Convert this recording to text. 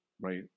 right